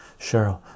cheryl